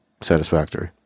satisfactory